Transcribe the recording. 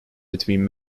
between